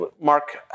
Mark